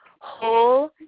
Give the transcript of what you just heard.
whole